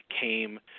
came